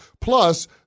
Plus